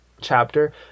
chapter